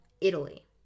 Italy